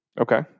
Okay